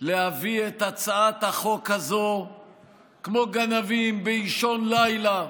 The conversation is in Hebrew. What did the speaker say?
להביא את הצעת החוק הזו כמו גנבים באישון לילה,